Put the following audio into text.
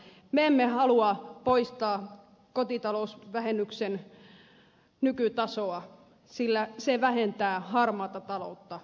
me emme halua poistaa kotitalousvähennyksen nykytasoa sillä se vähentää harmaata taloutta myöskin